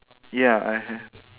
ya I have